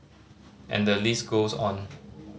and the list goes on